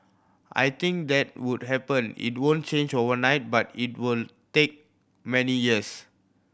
I think that would happen it won't change overnight but it would take many years